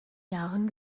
jahren